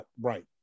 right